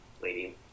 Lady